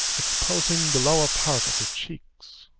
exposing the lower part of the cheeks